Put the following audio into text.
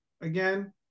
again